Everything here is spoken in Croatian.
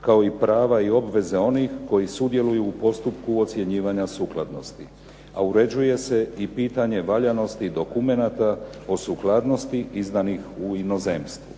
kao i prava i obveze onih koji sudjeluju u postupku ocjenjivanja sukladnosti, a uređuje se i pitanje valjanosti dokumenata o sukladnosti izdanih u inozemstvu.